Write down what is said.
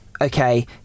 okay